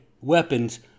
weapons